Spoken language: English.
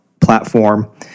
platform